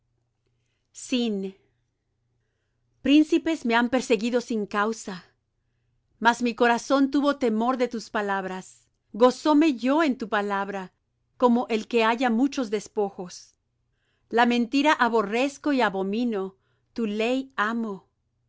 justicia príncipes me han perseguido sin causa mas mi corazón tuvo temor de tus palabras gózome yo en tu palabra como el que halla muchos despojos la mentira aborrezco y abomino tu ley amo